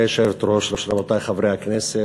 גברתי היושבת-ראש, רבותי חברי הכנסת,